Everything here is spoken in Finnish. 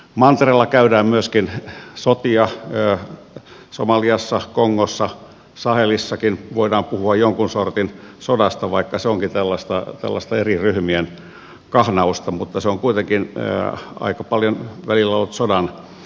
mantereella käydään myöskin sotia somaliassa kongossa sahelissakin voidaan puhua jonkun sortin sodasta vaikka se onkin tällaista eri ryhmien kahnausta mutta se on kuitenkin aika paljon välillä ollut sodanomaista